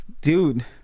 Dude